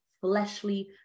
fleshly